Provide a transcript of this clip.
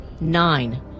Nine